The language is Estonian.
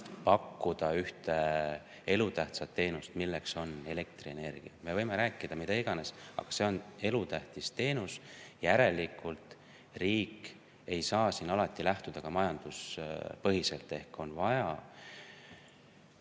pakkuda ühte elutähtsat teenust, see on elektrienergia. Me võime rääkida mida iganes, aga see on elutähtis teenus, järelikult riik ei saa siin alati lähtuda ka majanduspõhiselt. On vaja